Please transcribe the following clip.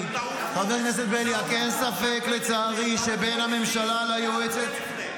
לצערי --- הרבה לפני, אל תדאג.